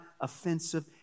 offensive